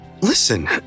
Listen